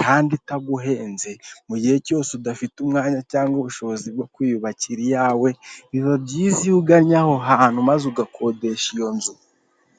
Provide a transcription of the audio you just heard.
kandi itaguhenze mu gihe cyose udafite umwanya cyangwa ubushobozi bwo kwiyubakira iyawe biba byiza uganye aho hantu maze ugakodesha iyo nzu .